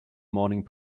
morning